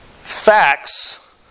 facts